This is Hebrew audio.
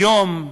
היום,